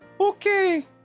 Okay